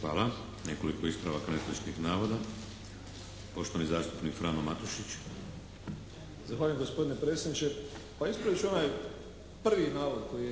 Hvala. Nekoliko ispravaka netočnih navoda. Poštovani zastupnik Frano Matušić.